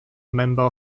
member